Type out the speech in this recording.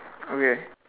okay